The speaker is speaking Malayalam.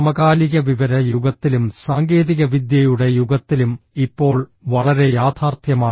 സമകാലിക വിവര യുഗത്തിലും സാങ്കേതികവിദ്യയുടെ യുഗത്തിലും ഇപ്പോൾ വളരെ യാഥാർത്ഥ്യമാണ്